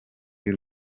y’u